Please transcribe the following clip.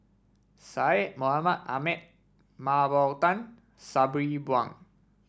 Syed Mohamed Ahmed Mah Bow Tan Sabri Buang